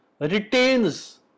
retains